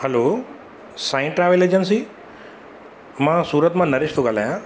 हलो Sai travel agency मां सूरत मां नरेश थो ॻाल्हायां